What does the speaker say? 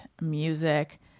music